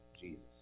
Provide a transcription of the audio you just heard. Jesus